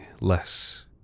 less